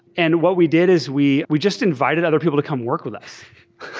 and what we did is we we just invited other people to come work with us.